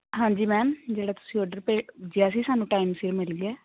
ਹਾਂਜੀ ਮੈਮ ਜਿਹੜਾ ਤੁਸੀਂ ਔਡਰ ਭੇਜਿਆ ਸੀ ਸਾਨੂੰ ਟਾਈਮ ਸਿਰ ਮਿਲ ਗਿਆ